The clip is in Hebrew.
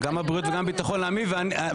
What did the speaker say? גם הבריאות וגם הביטחון הלאומי,